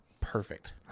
perfect